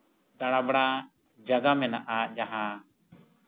ᱫᱟᱬᱟᱵᱟᱲᱟ ᱡᱟᱭᱜᱟ ᱢᱮᱱᱟᱜᱼᱟ ᱡᱟᱦᱟᱸ